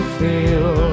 feel